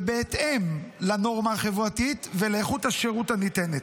ובהתאם לנורמה החברתית ולאיכות השירות הניתנת.